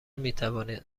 میتوانید